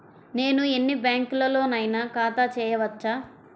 నేను ఎన్ని బ్యాంకులలోనైనా ఖాతా చేయవచ్చా?